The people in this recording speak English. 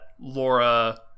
Laura